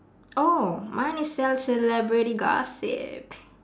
oh mine is sell celebrity gossip